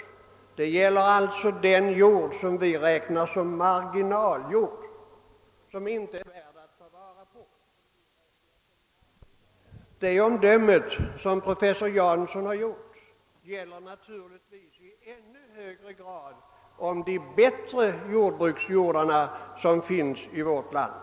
Detta gäller alltså den jord som vi räknar som marginaljord och som alltså inte anses värd att ta vara på. Detta omdöme av professor Jansson gäller naturligtvis i ännu högre grad om de bättre jordbruksjordarna som finns i vårt land.